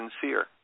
sincere